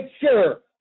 sure